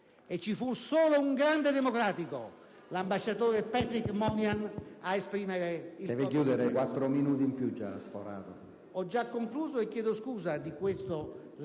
e ci fu solo un grande democratico, l'ambasciatore Patrick Moynihan, ad esprimere il proprio dissenso.